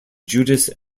judas